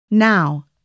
Now